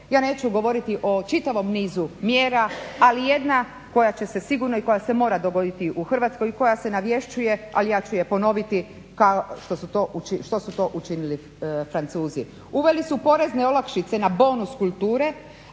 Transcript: ja neću govoriti o čitavom nizu mjera, ali jedna koja će se sigurno i koja se mora dogoditi u Hrvatskoj i koja se navješćuje, ali ja ću je ponoviti kao što su to učinili Francuzi. Uveli su porezne olakšice na bonus kulture,